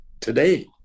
today